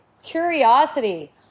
curiosity